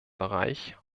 bereich